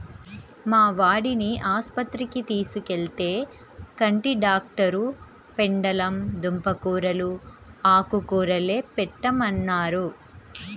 మా వాడిని ఆస్పత్రికి తీసుకెళ్తే, కంటి డాక్టరు పెండలం దుంప కూరలూ, ఆకుకూరలే పెట్టమన్నారు